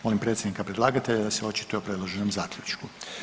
Molim predstavnika predlagatelja da se očituje o predloženom Zaključku.